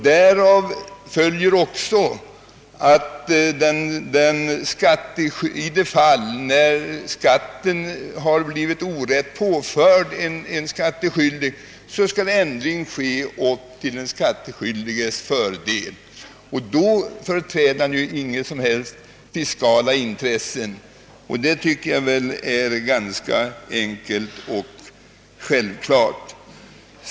Därav följer att i de fall skatten blivit orätt påförd en skattskyldig skall ändring ske till den skattskyldiges fördel. Och då företräder intendenten inga som helst fiskala intressen. Det tycker jag är ganska enkelt och självklart.